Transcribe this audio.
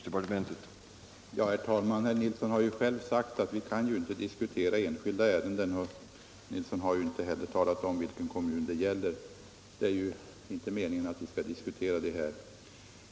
Herr talman! Herr Nilsson i Tvärålund har ju själv sagt att vi inte kan diskutera enskilda ärenden, och herr Nilsson har inte heller talat om vilken kommun det gäller. Det är inte meningen att vi skall diskutera den i detta sammanhang.